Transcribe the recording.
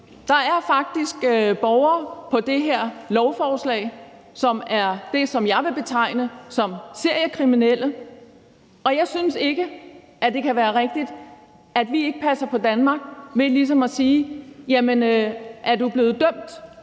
Der er faktisk borgere på det her lovforslag, som er det, som jeg vil betegne som seriekriminelle, og jeg synes ikke, at det kan være rigtigt, at vi ikke passer på Danmark ved ligesom at sige: Jamen er du blevet dømt,